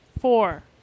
Four